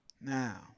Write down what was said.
Now